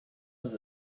than